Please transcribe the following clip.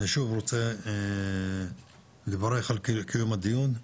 אני שוב רוצה לברך על קיום הדיון.